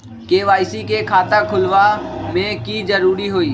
KYC के खाता खुलवा में की जरूरी होई?